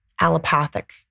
allopathic